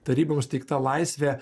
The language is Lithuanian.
tarybom suteikta laisvė